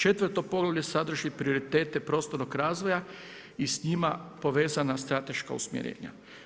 Četvrto poglavlje sadrži prioritete prostornog razvoja i s njima povezana strateška usmjerenja.